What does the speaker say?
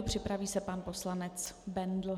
Připraví se pan poslanec Bendl.